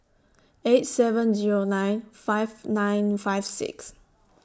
eight seven Zero nine five nine five six